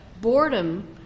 boredom